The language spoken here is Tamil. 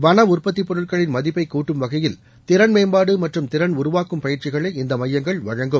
வள உற்பத்திப் பொருட்களின் மதிப்பை கூட்டும் வகையில் திறன்மேம்பாடு மற்றும் திறன் உருவாக்கும் பயிற்சிகளை இந்த மையங்கள் வழங்கும்